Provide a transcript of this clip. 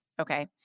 Okay